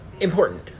important